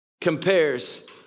compares